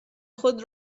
خود